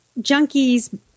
junkies